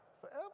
Forever